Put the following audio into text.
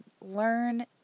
learn